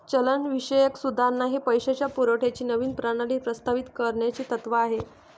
चलनविषयक सुधारणा हे पैशाच्या पुरवठ्याची नवीन प्रणाली प्रस्तावित करण्याचे तत्त्व आहे